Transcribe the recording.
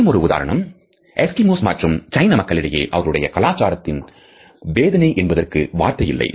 மற்றுமொரு உதாரணம் எஸ்கிமோஸ் மற்றும் சைன மக்களிடையே அவர்களுடைய கலாச்சாரத்தில் வேதனை என்பதற்கு வார்த்தை இல்லை